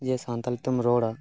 ᱡᱮ ᱥᱟᱱᱛᱟᱞᱤ ᱛᱮᱢ ᱨᱚᱲᱟ